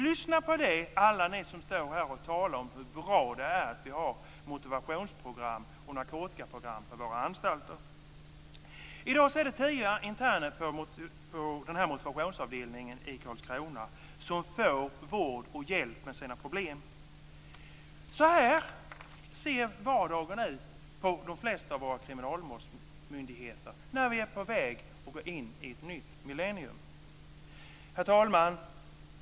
Lyssna på det alla ni som står här och talar om hur bra det är att vi har motivationsprogram och narkotikaprogram på våra anstalter! I dag är det tio interner på motivationsavdelningen i Karlskrona som får vård och hjälp med sina problem, och så ser vardagen ut på de flesta av våra kriminalvårdsmyndigheter nu när vi är på väg in i ett nytt millennium. Herr talman!